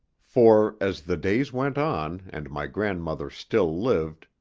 for, as the days went on, and my grandmother still lived,